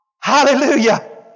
Hallelujah